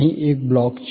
અહી એક બ્લોક છે